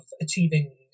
achieving